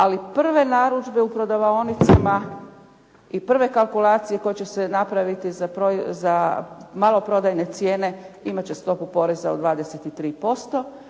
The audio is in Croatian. ali prve narudžbe u prodavaonicama i prve kalkulacije koje će se napraviti za maloprodajne cijene imat će stopu poreza od 23%.